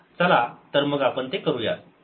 चला तर मग आपण ते करूयात